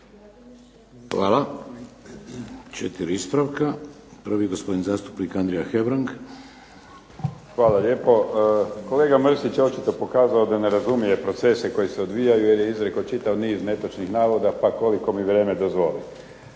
Hvala. 4 ispravka. Prvi gospodin zastupnik Andrija Hebrang. **Hebrang, Andrija (HDZ)** Hvala lijepo. Kolega Mrsić je očito pokazao da ne razumije procese koji se odvijaju jer je izrekao čitav niz netočnih navoda, pa koliko mi vrijeme dozvoli.